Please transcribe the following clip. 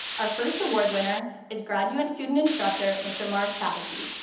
our first award winner is graduate student instructor mr. mark pataky.